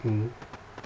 mmhmm